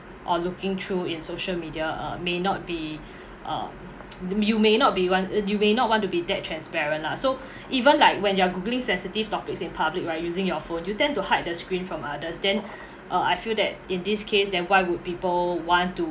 or looking through in social media uh may not be uh you may not be want uh you may not want to be that transparent lah so even like when you're googling sensitive topics in public right using your phone you tend to hide the screen from others then uh I feel that in this case then why would people want to